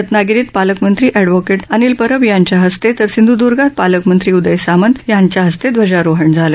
रत्नागिरीत पालकमंत्री अॅडव्होकेट अनिल परब यांच्या हस्ते तर सिंधुदुर्गात पालकमंत्री उदय सामंत यांच्या हस्ते ध्वजारोहण झालं